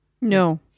No